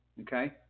Okay